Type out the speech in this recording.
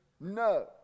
no